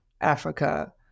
africa